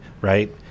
right